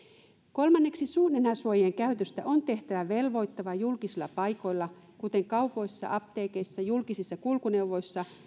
kolmanneksi suu nenäsuojien käytöstä on tehtävä velvoittavaa julkisilla paikoilla kuten kaupoissa apteekeissa julkisissa kulkuneuvoissa